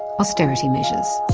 austerity measures.